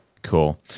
Cool